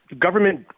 government